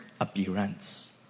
appearance